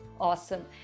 awesome